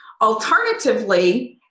Alternatively